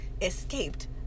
escaped